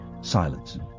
Silence